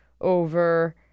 over